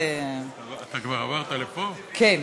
כן,